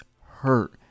hurt